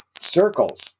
circles